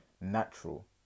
natural